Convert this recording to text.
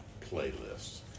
playlists